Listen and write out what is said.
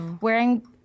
wearing